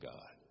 God